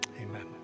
amen